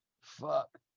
fuck